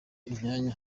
imyanya